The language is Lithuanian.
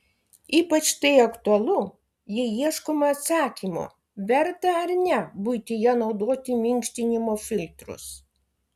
ypač tai aktualu jei ieškoma atsakymo verta ar ne buityje naudoti minkštinimo filtrus